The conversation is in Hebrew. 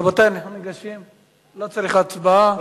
רבותי, אנחנו ניגשים, לא צריך הצבעה.